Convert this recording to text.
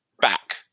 back